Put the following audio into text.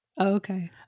Okay